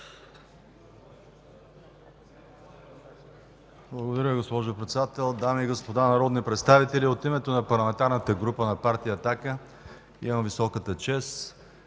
Благодаря, госпожо Председател. Дами и господа народни представители, от името на Парламентарната група напартия „Атака” имам високата чест